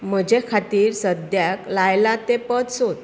म्हजे खातीर सद्याक लायलां तें पद सोद